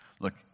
Look